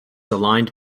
aligned